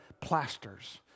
plasters